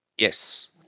Yes